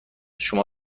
شما